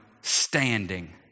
standing